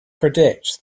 predicts